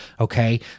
Okay